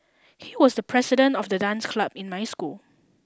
he was the president of the dance club in my school